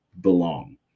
belong